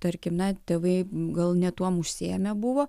tarkim na tėvai gal ne tuom užsiėmę buvo